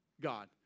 God